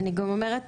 אני גם אומרת,